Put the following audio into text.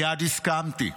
מייד הסכמתי.